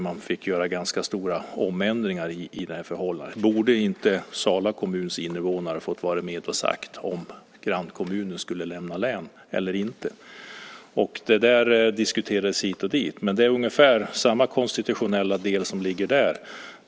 Man fick göra ganska stora omändringar i det förhållandet. Borde inte Sala kommuns invånare ha fått vara med och säga om grannkommunen skulle lämna länet eller inte? Det där diskuterades hit och dit. Det är ungefär samma konstitutionella del i det fallet.